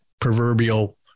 proverbial